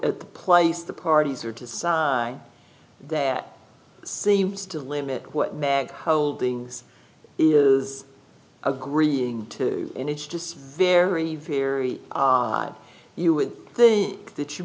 at the place the parties are to say that seems to limit what meg holdings is agreeing to and it's just very very odd you would think that you